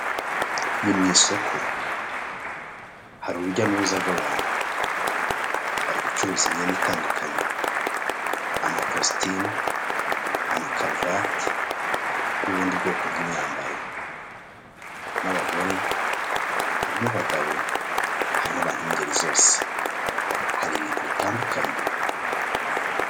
Ni mu isoko hari urujya n'uruza rw'abantu bari gucuruza imyenda itandukanye. Amakositimu, amakaruvati n'ubundi bwoko bw'imyambaro. Harimo abagore, harimo abagabo, hari abantu b'ingeri zose hari ibintu bitandukanye.